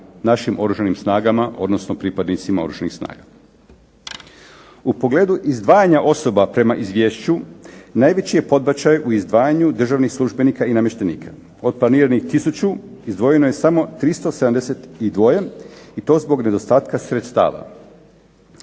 našim Oružanim snagama odnosno pripadnicima Oružanih snaga. U pogledu izdvajanja osoba prema izvješću, najveći je podbačaj u izdvajanju državnih službenika i namještenika. Od planiranih tisuću, izdvojeno je samo 372, i to zbog nedostatka sredstava.